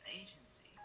agency